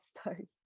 story